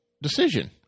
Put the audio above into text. Decision